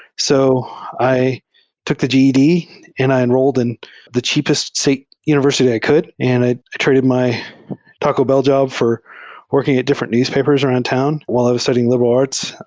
so i took the ged and i enrol led in the cheapest state univers ity i could, and i i traded my taco bell job for working at different newspapers around town while i was studying liberal arts.